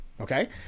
okay